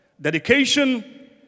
dedication